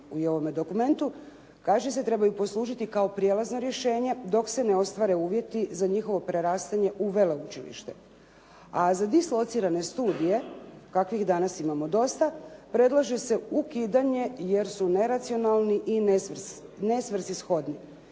u ovome dokumentu, kaže se trebaju poslužiti kao prijelazno rješenje dok se ne ostvare uvjeti za njihovo prerastanje u veleučilište. A za dislocirane studije, takvih danas imamo dosta, predlažemo ukidanje jer su neracionalni i nesvrsishodni.